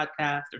podcast